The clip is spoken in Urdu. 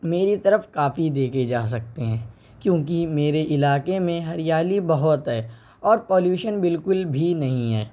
میری طرف کافی دیکھی جا سکتے ہیں کیونکہ میرے علاقے میں ہریالی بہت ہے اور پالوشن بالکل بھی نہیں ہے